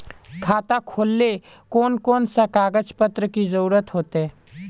खाता खोलेले कौन कौन सा कागज पत्र की जरूरत होते?